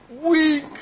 weak